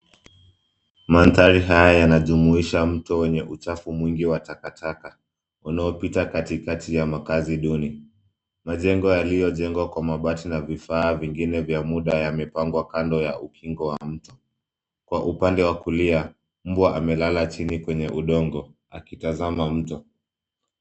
Mandhari haya yanajumuisha mto wenye uchafu mwingi wa takataka unaopita katikati ya makazi duni. Majengo yaliyojengwa kwa mabati na vifaa vingine vya muda yamepangwa kando ya ukingo wa mto. Kwa upande wa kulia mbwa amelala chini kwenye udongo akitazama mto.